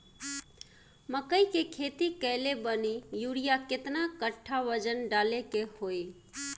मकई के खेती कैले बनी यूरिया केतना कट्ठावजन डाले के होई?